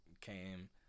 came